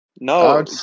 No